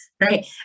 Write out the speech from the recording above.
right